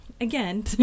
again